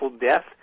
death